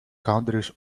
countries